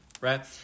right